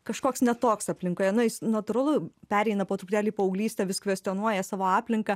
kažkoks ne toks aplinkoje na jis natūralu pereina po truputėlį į paauglystę vis kvestionuoja savo aplinką